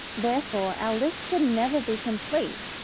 therefore our list can never be complete.